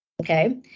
okay